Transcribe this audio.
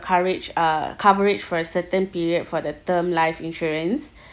courage uh coverage for a certain period for the term life insurance